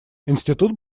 институт